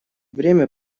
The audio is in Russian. время